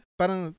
parang